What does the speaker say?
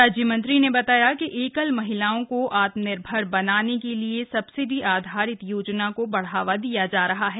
राज्यमंत्री ने बताया कि एकल महिलाओं को आत्मनिर्भर बनाने के लिए सब्सिडी आधारित योजना को बढ़ावा दिया जा रहा है